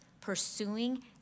pursuing